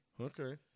Okay